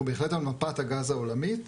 בהחלט על מפת הגז העולמית,